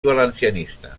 valencianista